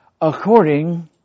according